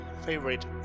favorite